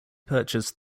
purchased